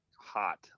hot